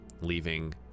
leaving